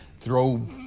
throw